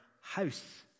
house